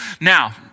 Now